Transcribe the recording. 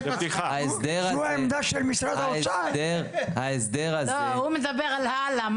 לא, הוא מדבר על הלאה.